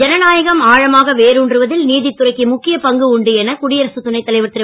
ஜனநாயகம் ஆழமாக வேறூன்றுவதில் நீதித்துறைக்கு முக்கிய பங்கு உண்டு என குடியரசு துணை தலைவர் திரு